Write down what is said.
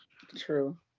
True